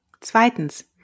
Zweitens